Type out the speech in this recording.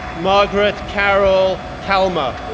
margaret carol calmer,